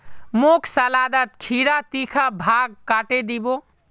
मोक सलादत खीरार तीखा भाग काटे दी बो